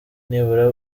nibura